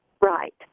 right